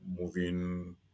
moving